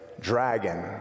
dragon